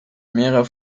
mehr